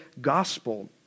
gospel